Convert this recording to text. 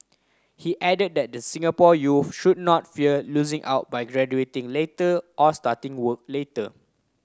he added that the Singapore youths should not fear losing out by graduating later or starting work later